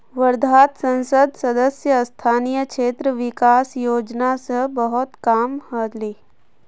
वर्धात संसद सदस्य स्थानीय क्षेत्र विकास योजना स बहुत काम ह ले